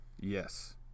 yes